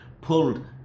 pulled